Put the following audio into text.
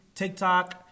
TikTok